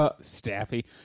Staffy